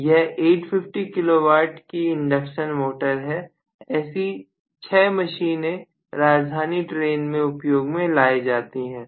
यह 850 kW की induction motor है ऐसी 6 मशीन राजधानी ट्रेन के उपयोग में लाई जाती है